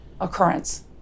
occurrence